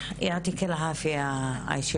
אני לא יודעת מה יש לכם להגיד לנו במקרה הזה.